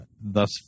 thus